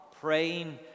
praying